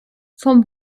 vom